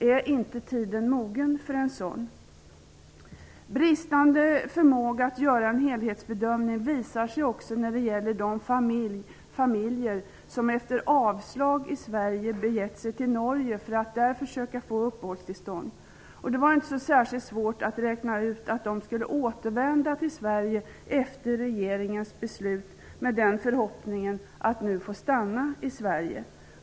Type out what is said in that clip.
Är inte tiden mogen för detta? Bristen på förmåga att göra en helhetsbedömning visar sig också när det gäller de familjer som efter avslag i Sverige har begivit sig till Norge för att där försöka få uppehållstillstånd. Det var inte särskilt svårt att räkna ut att de efter regeringens beslut skulle återvända till Sverige i förhoppning om att nu få stanna i Sverige.